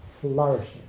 flourishing